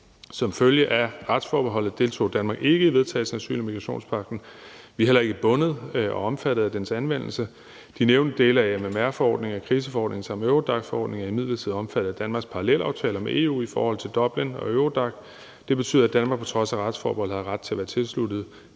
Som følge af retsforbeholdet deltog Danmark ikke i vedtagelsen af asyl- og migrationspagten. Vi er heller ikke bundet eller omfattet af dens anvendelse. De nævnte dele af AMMR-forordningen og kriseforordningen samt Eurodac-forordningen er imidlertid omfattet af Danmarks parallelaftaler med i EU i forhold til Dublinforordningen og Eurodac. Det betyder, at Danmark på trods af retsforbeholdet har ret til at være tilsluttet